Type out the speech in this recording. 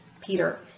Peter